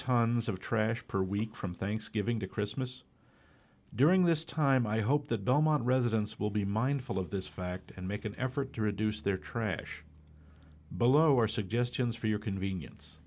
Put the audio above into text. tons of trash per week from thanksgiving to christmas during this time i hope that belmont residents will be mindful of this fact and make an effort to reduce their trash but lower suggestions for your convenience